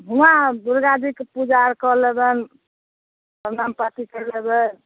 हुआँ दुर्गाजीके पूजा आओर कऽ लेबनि प्रणाम पाती करि लेबै